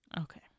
Okay